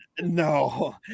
no